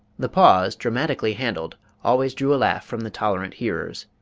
the pause, dramatically handled, always drew a laugh from the tolerant hearers.